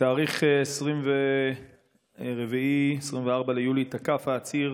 בתאריך 24 ביולי תקף העציר